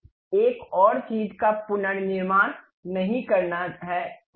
हमें एक और चीज का पुनर्निर्माण नहीं करना है